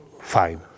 Fine